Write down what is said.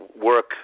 work